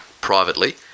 privately